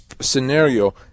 scenario